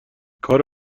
کار